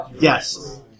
Yes